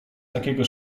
takiego